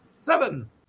seven